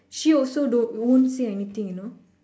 she also don't won't say anything you know